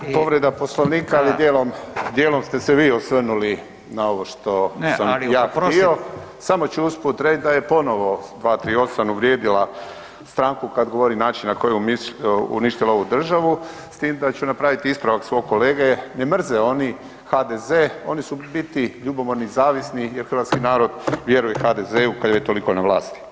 Povreda Poslovnika, ali djelom, djelom ste se vi osvrnuli na ovo što sam ja htio … [[Upadica se ne razumije.]] samo ću usput reć da je ponovo 238. uvrijedila stranku kada govori način na koji uništila ovu državu, s tim da ću napraviti ispravak svog kolege, ne mrze oni HDZ, oni su u biti ljubomorni i zavisni jer hrvatski narod vjeruje HDZ-u kada je toliko na vlasti.